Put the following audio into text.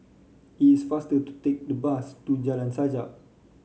it's faster to take the bus to Jalan Sajak